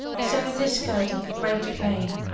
so they skirted the great plain,